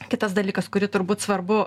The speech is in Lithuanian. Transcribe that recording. kitas dalykas kurį turbūt svarbu